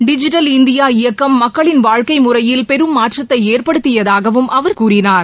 digital India இயக்கம் மக்களின் வாழ்க்கை முறையில் பெரும் மாற்றத்தை ஏற்படுத்தியதாகவும் அவர் கூறினார்